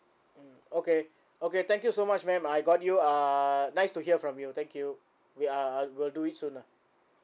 mm okay okay thank you so much ma'am I got you uh nice to hear from you thank you ya uh I will do it soon lah